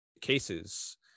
cases